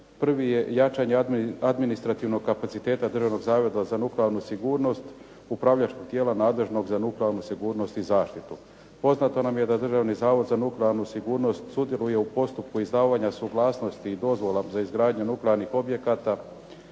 Prvi je jačanje administrativnog kapaciteta Državnog zavoda za nuklearnu sigurnost, upravljačkog tijela nadležnog za nuklearnu sigurnosti i zaštitu. Poznato nam je da Državni zavod za nuklearnu sigurnost sudjeluje u postupku izdavanja i suglasnosti i dozvola za izgradnju nuklearnih objekata,